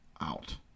out